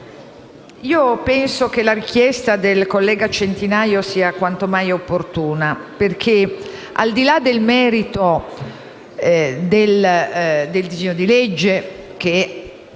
penso che la richiesta del collega Centinaio sia quanto mai opportuna. Infatti, al di là del merito del disegno di legge, che